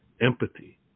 empathy